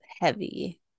heavy